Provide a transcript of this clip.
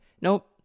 Nope